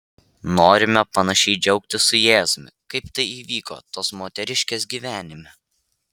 norime panašiai džiaugtis su jėzumi kaip tai įvyko tos moteriškės gyvenime